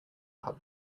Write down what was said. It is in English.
public